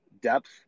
depth